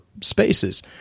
spaces